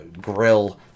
grill